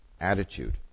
attitude